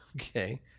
Okay